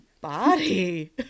body